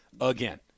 again